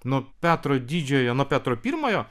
nuo petro didžiojo nuo petro pirmojo